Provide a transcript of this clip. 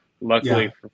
luckily